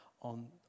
on